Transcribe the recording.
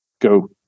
go